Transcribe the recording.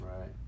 Right